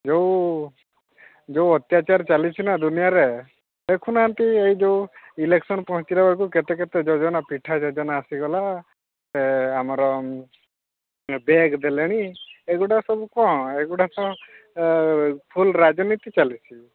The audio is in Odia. ଯେଉଁ ଯେଉଁ ଅତ୍ୟାଚାର ଚାଲିଛି ନା ଦୁନିଆରେ ଦେଖୁନାହାନ୍ତି ଏଇଯେଉଁ ଇଲେକ୍ସନ୍ ପହଞ୍ଚିଲା ବେଳକୁ କେତେ କେତେ ଯୋଜନା ପିଠା ଯୋଜନା ଆସିଗଲା ଏ ଆମର ବ୍ୟାଗ୍ ଦେଲେଣି ଏଗୁଡ଼ା ସବୁ କ'ଣ ଏଗୁଡ଼ା କ'ଣ ଫୁଲ୍ ରାଜନୀତି ଚାଲିଛି